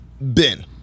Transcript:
Ben